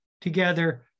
together